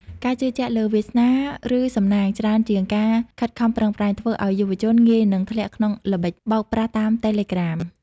ការជឿជាក់លើ "វាសនា" ឬ "សំណាង" ច្រើនជាងការខិតខំប្រឹងប្រែង ធ្វើឱ្យយុវជនងាយនឹងធ្លាក់ក្នុងល្បិចបោកប្រាស់តាមតេឡេក្រាម